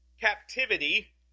captivity